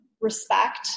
respect